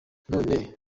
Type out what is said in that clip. none